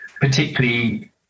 particularly